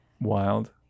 wild